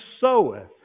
soweth